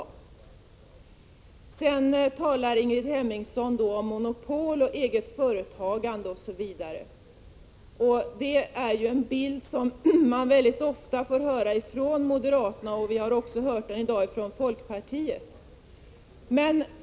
Sedan talade Ingrid Hemmingsson om monopol, eget företagande osv., och det är en bild som ofta tas fram av moderaterna och i dag även av folkpartiet.